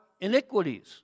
iniquities